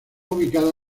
ubicada